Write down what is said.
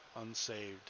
unsaved